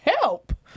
help